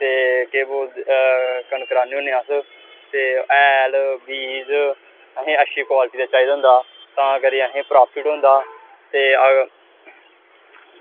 ते केह् बोलदे कनक राह्न्ने होन्ने अस ते हैल बीज असेंगी अच्छी क्वालटी दा चाहिदा होंदा तां करी असेंगी प्राफिट होंदा ते अगर